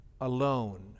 alone